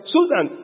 Susan